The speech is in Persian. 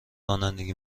رانندگی